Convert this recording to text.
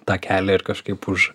tą kelią ir kažkaip už